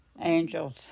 Angels